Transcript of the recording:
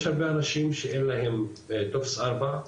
יש הרבה אנשים שאין להם טופס 4,